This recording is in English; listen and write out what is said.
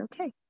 okay